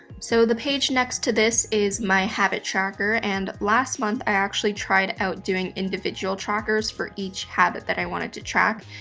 so the page next to this is my habit tracker, and last month actually tried out doing individual trackers for each habit that i wanted to track,